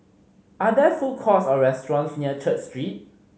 are there food courts or restaurants near Church Street